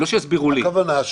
הכוונה,